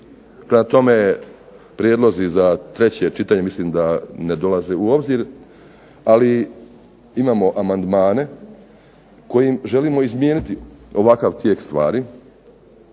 prema tome prijedlozi za treće čitanje mislim da ne dolaze u obzir, ali imamo amandmane kojim želimo izmijeniti ovakav tijek stvari,